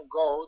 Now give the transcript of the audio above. go